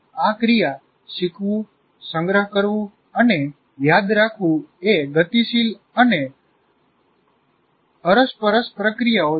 આ ક્રિયા શીખવું સંગ્રહ કરવું અને યાદ રાખવું એ ગતિશીલ અને અરસપરસ પ્રક્રિયાઓ છે